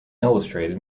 illustrated